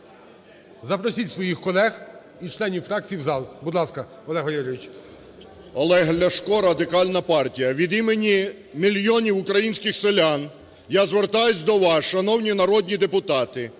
запросіть своїх колег і членів фракцій в зал. Будь ласка, Олег Валерійович. 17:33:28 ЛЯШКО О.В. Олег Ляшко, Радикальна партія. Від імені мільйонів українських селян я звертаюсь до вас, шановні народні депутати,